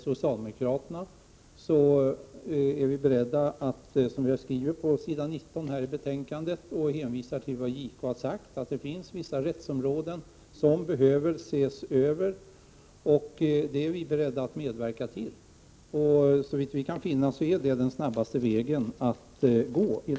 Som vi har skrivit på s. 19 i betänkandet, under hänvisning till vad JK har sagt, finns det vissa rättsområden som behöver ses över, och det är vi inom den socialdemokratiska gruppen och vpk beredda att medverka till. Såvitt vi kan finna är detta den snabbaste vägen att 95 gå.